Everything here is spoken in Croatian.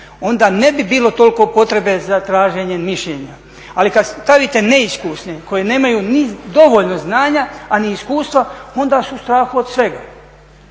onda ne bi bilo toliko potrebe za traženjem mišljenja. Ali kad stavite neiskusne koji nemaju ni dovoljno znanja, a ni iskustva onda su u strahu od svega.